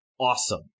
Awesome